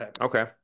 Okay